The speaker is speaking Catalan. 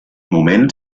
moment